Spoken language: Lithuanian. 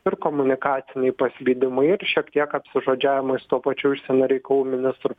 ir komunikaciniai paslydimai ir šiek tiek apsižodžiavimai su tuo pačiu užsienio reikalų ministru